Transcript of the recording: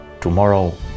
tomorrow